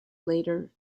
later